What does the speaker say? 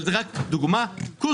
אבל זו רק דוגמה קוסקוס.